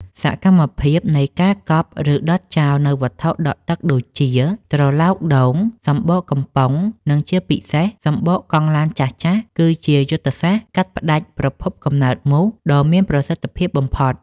សកម្មភាពនៃការកប់ ឬដុតចោលនូវវត្ថុដក់ទឹកដូចជា ត្រឡោកដូង សំបកកំប៉ុង និងជាពិសេសសំបកកង់ឡានចាស់ៗ គឺជាយុទ្ធសាស្ត្រកាត់ផ្តាច់ប្រភពកំណើតមូសដ៏មានប្រសិទ្ធភាពបំផុត។